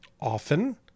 Often